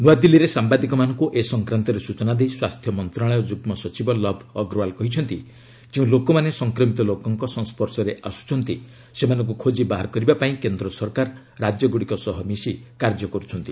ନୂଆଦିଲ୍ଲୀରେ ସାମ୍ବାଦିକମାନଙ୍କୁ ଏ ସଂକ୍ରାନ୍ତରେ ସୂଚନା ଦେଇ ସ୍ୱାସ୍ଥ୍ୟ ମନ୍ତ୍ରଣାଳୟ ଯୁଗ୍ମ ସଚିବ ଲବ୍ ଅଗ୍ରୱାଲ୍ କହିଛନ୍ତି ଯେଉଁ ଲୋକମାନେ ସଂକ୍ରମିତ ଲୋକଙ୍କ ସଂସ୍ୱର୍ଷରେ ଆସୁଛନ୍ତି ସେମାନଙ୍କୁ ଖୋଜି ବାହାର କରିବା ପାଇଁ କେନ୍ଦ୍ର ସରକାର ରାଜ୍ୟଗୁଡ଼ିକ ସହ ମିଶି କାର୍ଯ୍ୟ କରୁଛନ୍ତି